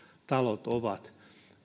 talot ovat